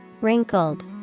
Wrinkled